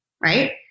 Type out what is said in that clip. Right